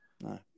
No